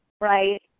Right